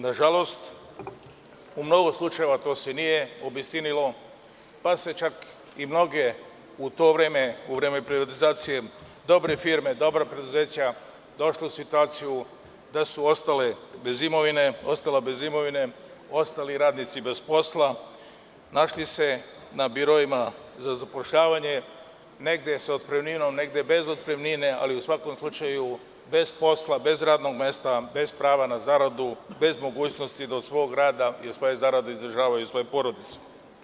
Nažalost, u mnogo slučajeva to se nije obistinilo, pa su čak i mnoge u to vreme, u vreme privatizacije, dobre firme, dobra preduzeća došla u situaciju da su ostali bez imovine, ostali radnici bez posla, našli se na biroima za zapošljavanje, negde sa otpremninom, negde bez otpremnine, ali u svakom slučaju bez posla, bez radnog mesta, bez prava na zaradu, bez mogućnosti da od svog rada i od svoje zarade izdržavaju svoje porodice.